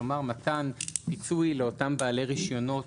כלומר מתן פיצוי לאותם בעלי רישיונות